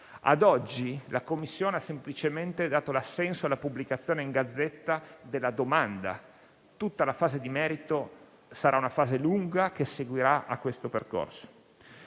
Ad oggi la Commissione ha semplicemente dato l'assenso alla pubblicazione in *Gazzetta Ufficiale* della domanda. Tutta la fase di merito sarà lunga e seguirà a questo percorso.